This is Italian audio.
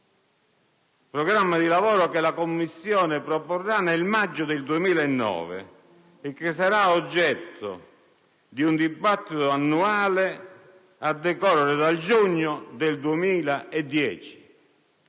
programma che la Commissione proporrà nel maggio 2009 e che sarà oggetto di un dibattito annuale a decorrere dal giugno del 2010.